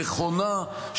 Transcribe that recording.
נכונה,